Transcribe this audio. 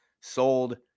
sold